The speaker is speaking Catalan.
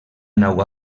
nau